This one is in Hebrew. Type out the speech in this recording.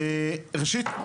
ראשית,